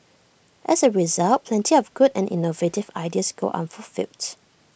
as A result plenty of good and innovative ideas go unfulfilled